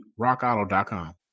rockauto.com